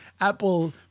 Apple